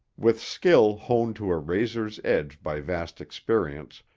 with skill honed to a razor's edge by vast experience,